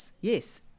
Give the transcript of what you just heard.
yes